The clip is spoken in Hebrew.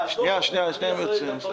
הכלים נשברים אנחנו צריכים תכנית והגדרת מטרות.